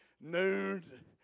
noon